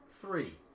three